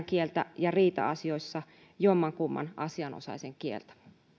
kieltä ja riita asioissa jommankumman asianosaisen kieltä